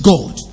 God